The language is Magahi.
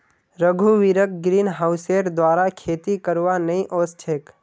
रघुवीरक ग्रीनहाउसेर द्वारा खेती करवा नइ ओस छेक